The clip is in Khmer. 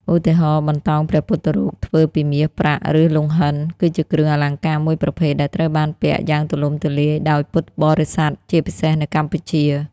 ឧទាហរណ៍ បន្តោងព្រះពុទ្ធរូប ធ្វើពីមាស ប្រាក់ ឬលង្ហិន គឺជាគ្រឿងអលង្ការមួយប្រភេទដែលត្រូវបានពាក់យ៉ាងទូលំទូលាយដោយពុទ្ធបរិស័ទ ជាពិសេសនៅកម្ពុជា។